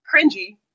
cringy